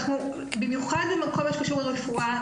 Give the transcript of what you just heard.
במיוחד בכל מה שקשור לרפואה,